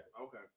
Okay